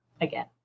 again